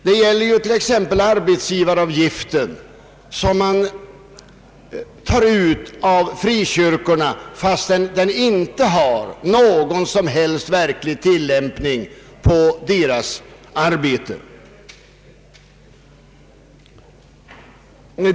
Det gäller t.ex. arbetsgivaravgiften som tas ut av frikyrkorna, trots att den inte har någon som helst tillämpning på deras arbete.